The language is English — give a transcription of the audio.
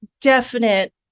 definite